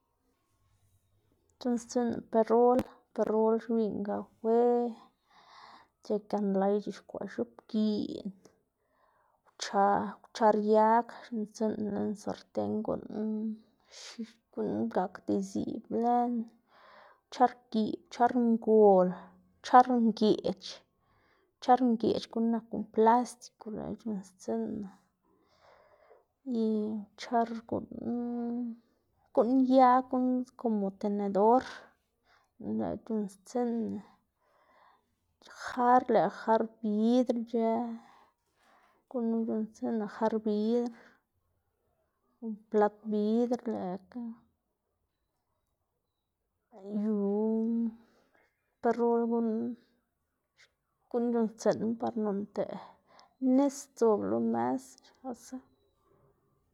c̲h̲unnstsiꞌnná perol, pero xgwiꞌyná kafe, ic̲h̲ë gianlay c̲h̲ixkwaꞌn x̱oꞌbgiꞌn kwcha- kwchar yag c̲h̲unnstsiꞌnná lën sarten guꞌn guꞌn gakda iziꞌb lën, kwchar giꞌb, kwchar ngol, kwchar ngeꞌc̲h̲, kwchar ngeꞌc̲h̲ guꞌn nak guꞌn plástico lëꞌkga c̲h̲unnstsiꞌnná y kwchar guꞌn guꞌn yag, guꞌn komo tenedor, gunu lëꞌkga c̲h̲unnstsiꞌnná jar lëꞌkga jar bidr ic̲h̲ë gunu c̲h̲unnstsiꞌnná jar bidr, plat bidr, lëꞌkga yu perol guꞌn guꞌn c̲h̲uꞌnnstsiꞌnnma par noꞌnda nis sdzob lo mes xkasa.